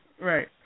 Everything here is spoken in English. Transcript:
Right